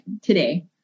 today